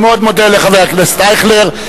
אני מאוד מודה לחבר הכנסת אייכלר,